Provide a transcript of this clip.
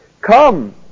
Come